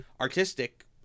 artistic